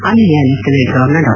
ಅಲ್ಲಿಯ lieutenant governor ಡಾ